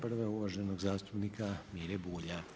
Prva je uvaženog zastupnik Mire Bulja.